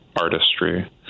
artistry